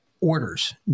orders